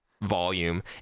volume